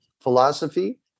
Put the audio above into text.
philosophy